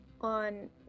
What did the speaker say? on